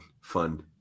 fund